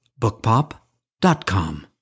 bookpop.com